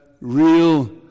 real